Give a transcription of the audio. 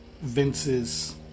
Vince's